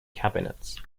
cabinets